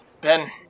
ben